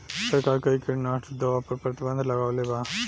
सरकार कई किटनास्क दवा पर प्रतिबन्ध लगवले बा